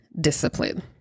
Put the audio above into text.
Discipline